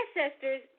ancestors